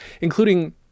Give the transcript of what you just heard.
including